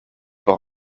por